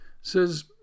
says